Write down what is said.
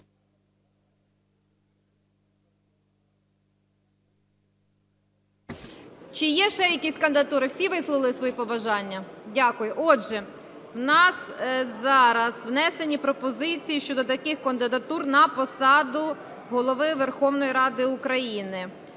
Чи є ще якісь кандидатури? Всі висловили свої побажання? Дякую. Отже, в нас зараз внесені пропозиції щодо таких кандидатур на посаду Голови Верховної Ради України: